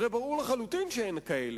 הרי ברור לחלוטין שאין כאלה.